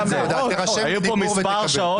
היו פה מס' שעות,